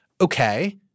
Okay